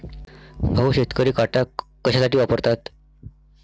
भाऊ, शेतकरी काटा कशासाठी वापरतात?